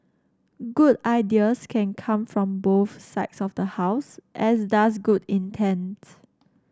good ideas can come from both sides of the House as does good intents